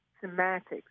semantics